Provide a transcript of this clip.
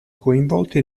coinvolti